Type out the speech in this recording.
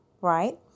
right